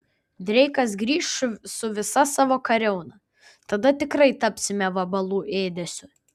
dreikas grįš su visa savo kariauna tada tikrai tapsime vabalų ėdesiu